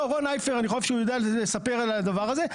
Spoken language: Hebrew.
אני חושב שהוא יודע לספר על הדבר הזה.